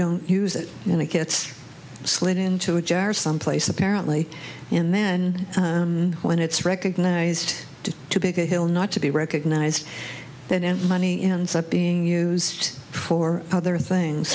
don't use it when it gets slid into a jar someplace apparently in then when it's recognized too big a hill not to be recognized that any money ends up being used for other things